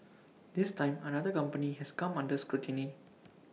this time another company has come under scrutiny